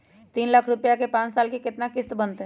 तीन लाख रुपया के पाँच साल के केतना किस्त बनतै?